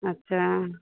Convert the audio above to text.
अच्छा